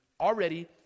already